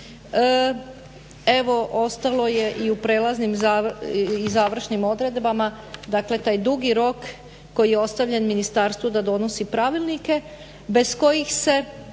evo ostalo je i u prijelaznim i završnim odredbama, dakle taj dugi rok koji je ostavljen ministarstvu da donosi pravilnike bez kojih se